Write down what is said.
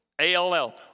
a-l-l